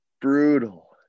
brutal